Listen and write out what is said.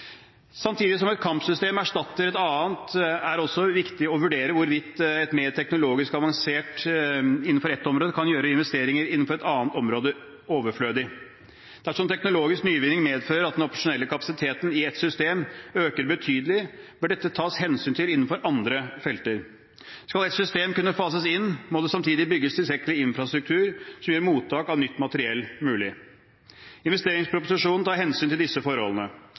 Samtidig som et kampsystem erstatter et annet, er det viktig å vurdere hvorvidt et mer teknologisk avansert system innenfor et område kan gjøre investeringer innenfor et annet område overflødig. Dersom teknologisk nyvinning medfører at den operasjonelle kapasiteten i et system øker betydelig, bør dette tas hensyn til innenfor andre felter. Skal et system kunne fases inn, må det samtidig bygges tilstrekkelig infrastruktur som gjør mottak av nytt materiell mulig. Investeringsproposisjonen tar hensyn til disse forholdene.